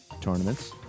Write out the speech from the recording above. tournaments